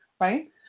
right